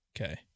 Okay